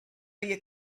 you